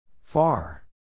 Far